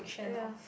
ya